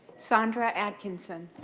sondra adkinson.